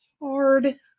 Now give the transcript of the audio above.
Hard